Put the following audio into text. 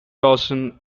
dawson